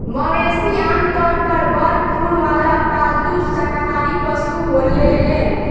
मवेशी आमतौर पर बड़ खुर वाला पालतू शाकाहारी पशु होलेलेन